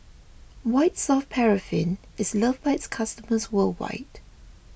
White Soft Paraffin is loved by its customers worldwide